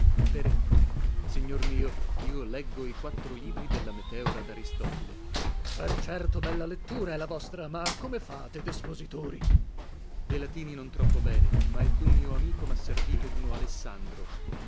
signor mio io leggo i quattro libri della meteora daristotile lasc per certo bella lettura è la vostra ma come fate despositori per de latini non troppo bene ma alcun mio amico mha servito duno alessandro